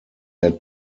had